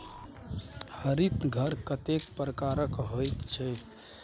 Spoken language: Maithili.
हरित घर कतेक प्रकारक होइत छै?